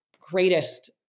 greatest